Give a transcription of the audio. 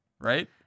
right